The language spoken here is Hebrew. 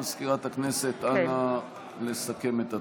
מזכירת הכנסת, אנא, לסכם את התוצאות.